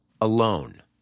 alone